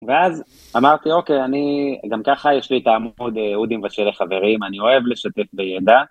ואז אמרתי, אוקיי, אני גם ככה, יש לי את העמוד היעודים ושל חברים, אני אוהב לשתף בידע.